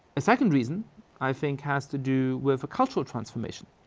a second reason i think has to do with a cultural transformation.